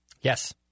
Yes